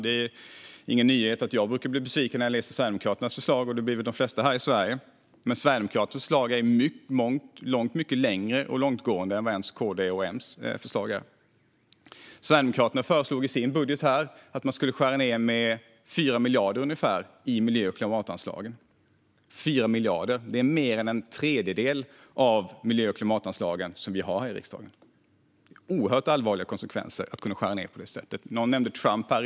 Det är ingen nyhet att jag brukar bli besviken när jag läser Sverigedemokraternas förslag, och det blir väl de flesta här i Sverige. Men Sverigedemokraternas förslag är mycket mer långtgående än vad KD:s och M:s förslag är. Sverigedemokraterna föreslog i sin budget att man skulle skära ned med ungefär 4 miljarder i miljö och klimatanslagen - 4 miljarder. Det är mer än en tredjedel av de miljö och klimatanslag som vi har här i riksdagen. Det skulle få oerhört allvarliga konsekvenser att skära ned på det sättet. Någon nämnde Trump här.